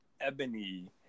Ebony